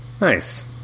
Nice